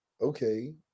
Okay